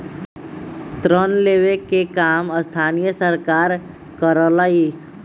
ऋण लेवे के काम स्थानीय सरकार करअलई